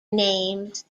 names